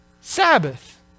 Sabbath